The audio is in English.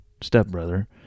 stepbrother